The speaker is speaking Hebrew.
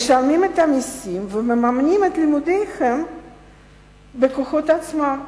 משלמים את המסים ומממנים את לימודיהם בכוחות עצמם,